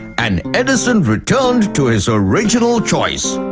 and edison returned to his original choice.